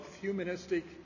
humanistic